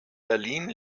berlin